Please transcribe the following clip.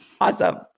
Awesome